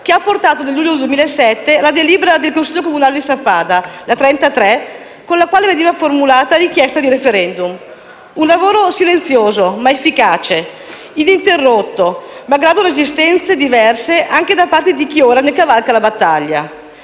che ha portato nel luglio 2007 alla delibera del Consiglio comunale di Sappada n. 33, con la quale veniva formulata la richiesta di *referendum*. Un lavoro silenzioso ma efficace, ininterrotto, malgrado resistenze diverse anche da parte di chi ora ne cavalca la battaglia.